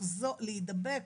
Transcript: להידבק,